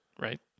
right